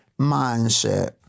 mindset